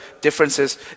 differences